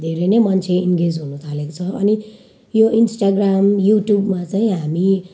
धेरै नै मान्छे इन्गेज हुनु थालेको छ अनि यो इन्स्टाग्राम युट्युबमा चाहिँ हामी